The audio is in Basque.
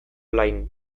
lain